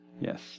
Yes